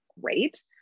great